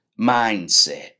mindset